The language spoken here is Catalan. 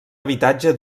habitatge